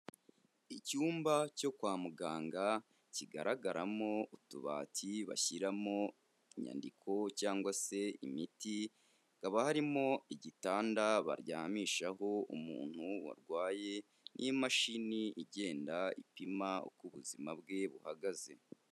Icyumba cyo kwa muganga kigaragaramo utubati bashyiramo inyandiko cyangwa se imiti hakaba harimo igitanda baryamishaho umuntu warwaye n'imashini igenda ipima uko ubuzima bwe buhagaze.